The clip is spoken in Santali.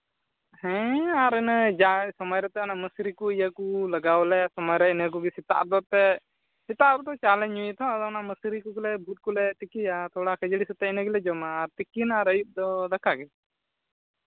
ᱦᱮᱸ ᱟᱨ ᱤᱱᱟᱹ ᱡᱟᱣ ᱥᱚᱢᱚᱭ ᱨᱮᱛᱚ ᱢᱟᱹᱥᱨᱤ ᱠᱚ ᱤᱭᱟᱹ ᱠᱚ ᱞᱟᱜᱟᱣᱟᱞᱮ ᱥᱚᱢᱚᱭ ᱨᱮ ᱤᱱᱟᱹ ᱠᱚᱜᱮ ᱥᱮᱛᱟᱜ ᱦᱚᱛᱮ ᱛᱮ ᱥᱮᱛᱟᱜ ᱨᱮᱫᱚ ᱪᱟ ᱞᱮ ᱧᱩᱭᱟ ᱛᱚ ᱟᱫᱚ ᱚᱱᱟᱱ ᱢᱟᱹᱥᱨᱤ ᱠᱚᱜᱮ ᱞᱮ ᱵᱷᱩᱴ ᱠᱚᱞᱮ ᱛᱤᱠᱤᱭᱟ ᱛᱷᱚᱲᱟ ᱠᱷᱟᱹᱲᱤ ᱥᱟᱛᱮᱜ ᱤᱱᱟᱹ ᱜᱮᱞᱮ ᱡᱚᱢᱟ ᱟᱨ ᱛᱤᱠᱤᱱ ᱟᱨ ᱟᱹᱭᱩᱵ ᱫᱚ ᱫᱟᱠᱟ ᱜᱮ